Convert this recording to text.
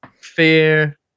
fear